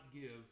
give